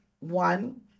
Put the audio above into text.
One